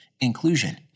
inclusion